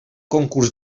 concurs